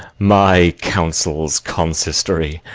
my counsel's consistory,